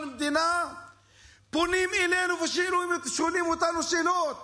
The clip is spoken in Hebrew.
המדינה פונים אלינו ושואלים אותנו שאלות